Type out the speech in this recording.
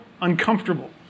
uncomfortable